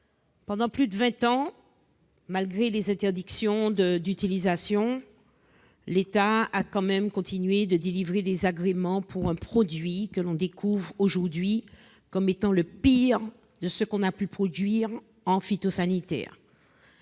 Pendant plus de vingt ans, malgré les interdictions d'utilisation, l'État a tout de même continué de délivrer des agréments pour un produit que l'on découvre aujourd'hui comme étant le pire de ce que l'on a pu produire dans le domaine phytosanitaire.